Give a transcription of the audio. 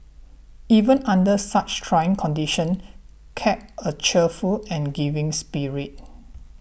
even under such trying conditions kept a cheerful and giving spirit